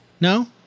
No